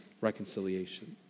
reconciliation